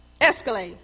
Escalade